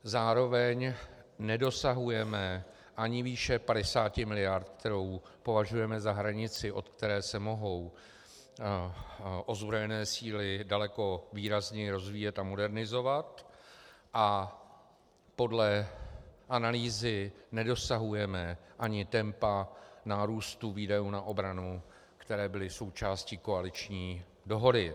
Zároveň nedosahujeme ani výše 50 miliard, kterou považujeme za hranici, od které se mohou ozbrojené síly daleko výrazněji rozvíjet a modernizovat, a podle analýzy nedosahujeme ani tempa nárůstu výdajů na obranu, které byly součástí koaliční dohody.